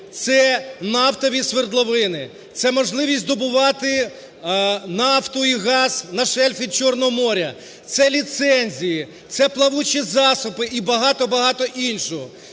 це нафтові свердловини, це можливість добувати нафту і газ на шельфі Чорного моря, це ліцензії, це плавучі засоби і багато-багато іншого.